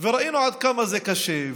וראינו עד כמה זה קשה,